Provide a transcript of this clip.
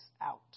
out